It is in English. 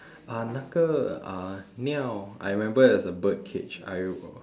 uh 那个 uh 你要 I remember there's a bird cage I